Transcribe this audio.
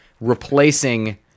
replacing